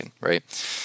right